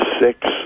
six